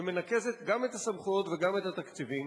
ומנקזת גם את הסמכויות וגם את התקציבים